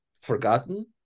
forgotten